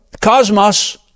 cosmos